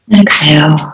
Exhale